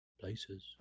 Places